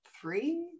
three